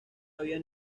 había